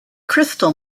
crystal